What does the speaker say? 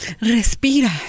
Respira